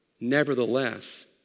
nevertheless